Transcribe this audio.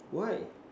why